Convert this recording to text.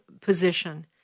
position